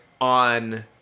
on